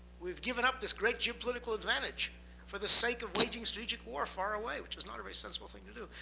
we've given up this great geopolitical advantage for the sake of waging strategic war far away, which is not a very sensible thing to do.